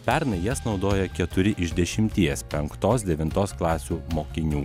pernai jas naudojo keturi iš dešimties penktos devintos klasių mokinių